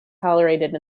tolerated